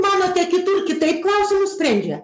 manote kitur kitaip klausimus sprendžia